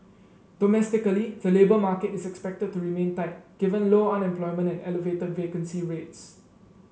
domestically the labour market is expected to remain tight given low unemployment and elevated vacancy rates